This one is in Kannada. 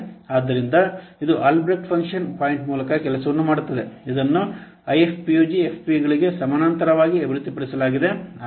ಆದ್ದರಿಂದ ಇದು ಆಲ್ಬ್ರೆಕ್ಟ್ ಫಂಕ್ಷನ್ ಪಾಯಿಂಟ್ ಮೂಲಕ ಕೆಲಸವನ್ನು ಮಾಡುತ್ತದೆ ಇದನ್ನು ಐಎಫ್ಪಿಯುಜಿ ಎಫ್ಪಿಗಳಿಗೆ ಸಮಾನಾಂತರವಾಗಿ ಅಭಿವೃದ್ಧಿಪಡಿಸಲಾಗಿದೆ